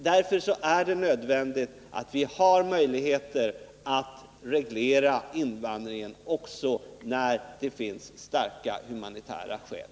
Därför är det nödvändigt att vi har möjligheter att reglera invandringen också då det finns starka humanitära skäl.